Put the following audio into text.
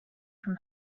from